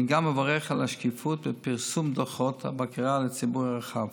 אני גם מברך על השקיפות בפרסום דוחות הבקרה לציבור הרחב.